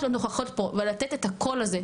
להיות נוכחות פה ולתת את הקול הזה,